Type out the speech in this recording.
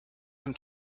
them